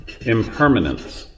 impermanence